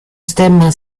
stemma